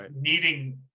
needing